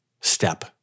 step